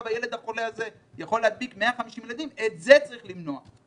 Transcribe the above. הילד החולה הזה יכול להדביק 150 ילדים את זה צריך למנוע.